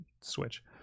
Switch